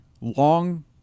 long